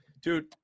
dude